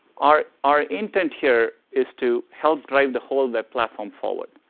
our our intent here is to help drive the whole of web platform forward.